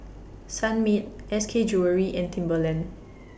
Sunmaid S K Jewellery and Timberland